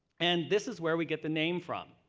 and this is where we get the name from.